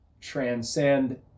transcend